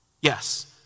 Yes